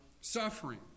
suffering